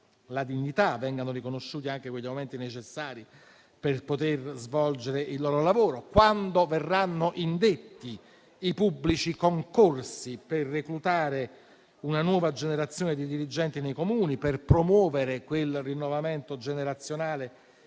la dignità, vengano riconosciuti anche quegli aumenti necessari per poter svolgere il loro lavoro; quando verranno indetti i pubblici concorsi per reclutare una nuova generazione di dirigenti nei Comuni, per promuovere quel rinnovamento generazionale